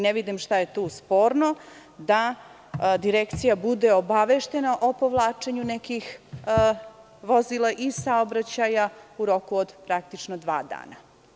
Ne vidim šta je tu sporno da Direkcija bude obaveštena o povlačenju nekih vozila iz saobraćaja u roku od praktično dva dana.